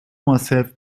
myself